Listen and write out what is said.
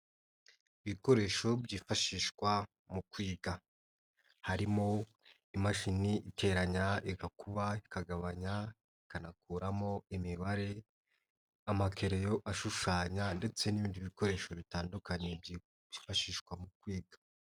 Ibikoresho byifashishwa mu kwiga, harimo imashini iteranya, igakuba, ikagabanya, ikanakuramo imibare, amakereyo ashushanya ndetse n'ibindi bikoresho bitandukanye byifashishwa mu kwiga.